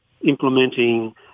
implementing